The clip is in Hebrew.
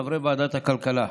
חברי ועדת הכלכלה.